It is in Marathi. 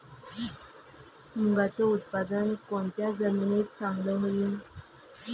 मुंगाचं उत्पादन कोनच्या जमीनीत चांगलं होईन?